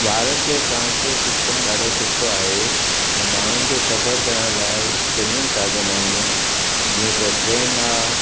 भारत जो transport system ॾाढो सुठो आहे ऐं माण्हुनि खे सफ़रु करण लाइ चङा ई साधन आहिनि जीअं त ट्रेन आहे